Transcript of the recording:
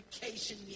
vacation